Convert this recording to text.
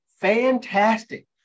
fantastic